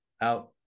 out